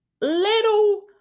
little